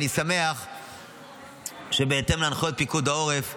אני שמח שבהתאם להנחיות פיקוד העורף,